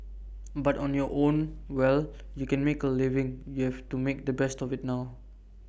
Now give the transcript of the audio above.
but on your own well you can make A living you have to make the best of IT now